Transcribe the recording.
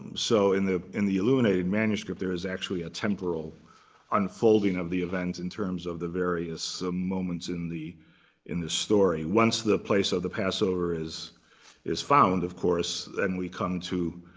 so in the in the illuminated manuscript, there is actually a temporal unfolding of the event, in terms of the various ah moments in the in the story. once the place of the passover is is found, of course, then we come to